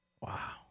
Wow